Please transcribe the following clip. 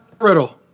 Riddle